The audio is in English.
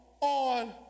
on